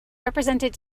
represented